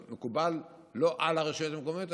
לא מקובל על הרשויות המקומיות,